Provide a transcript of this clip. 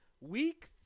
week